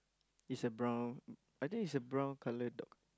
is a brown I think is a brown colour dog